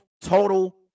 Total